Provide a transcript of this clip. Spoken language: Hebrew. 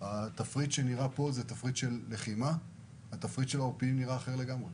התפריט שנראה פה הוא תפריט לחימה ותפריט העורפיים נראה אחר לגמרי.